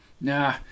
Nah